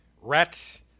Rat